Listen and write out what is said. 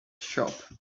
shop